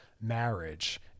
marriage